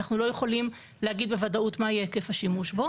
אנחנו לא יכולים להגיד בוודאות מה יהיה היקף השימוש בו.